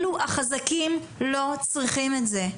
אלו החזקים לא צריכים את זה.